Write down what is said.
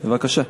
בבקשה.